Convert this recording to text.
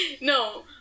no